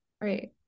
Right